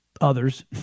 others